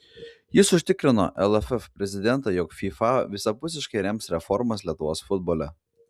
jis užtikrino lff prezidentą jog fifa visapusiškai rems reformas lietuvos futbole